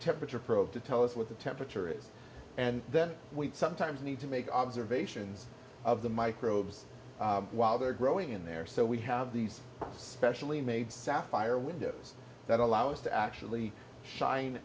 temperature probe to tell us what the temperature is and then we sometimes need to make observations of the microbes while they're growing in there so we have these specially made sapphire windows that allow us to actually shine